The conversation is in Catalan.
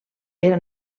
era